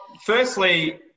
firstly